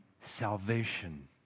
salvation